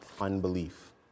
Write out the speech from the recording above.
unbelief